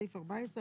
בסעיף 14,